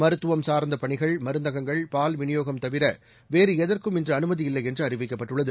மருத்துவம் சார்ந்த பணிகள் மருந்தகங்கள் பால்விநியோகம் தவிர வேறு எதற்கும் இன்று அனுமதியில்லை என்று அறிவிக்கப்பட்டுள்ளது